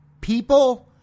people